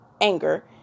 anger